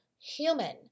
human